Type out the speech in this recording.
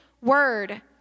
word